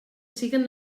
siguen